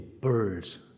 birds